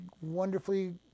wonderfully